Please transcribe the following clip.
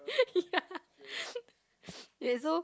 yeah wait so